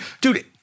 Dude